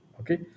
Okay